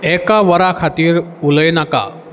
एका वरा खातीर उलयनाका